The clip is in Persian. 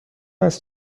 هست